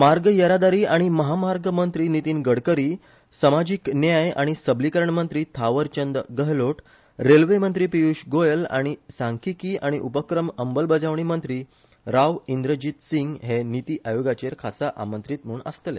मार्ग येरादारी आनी महामार्ग मंत्री नितीन गडकरी समाजीक न्याय आनी सबलीकरण मंत्री थावर चंद गहलोट रेल्वे मंत्री पियूष गोयल आनी सांखीकी आनी उपक्रम अंमलबजावणी मंत्री राव इंदरजीत सिंग हे निती आयोगाचेर खासा आमंत्रीत म्हण आसतले